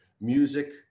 music